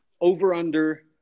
Over-under